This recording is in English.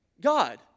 God